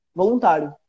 voluntário